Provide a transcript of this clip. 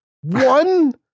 one